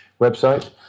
website